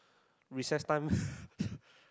recess time